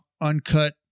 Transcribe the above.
uncut